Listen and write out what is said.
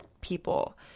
people